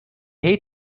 hate